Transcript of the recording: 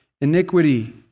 iniquity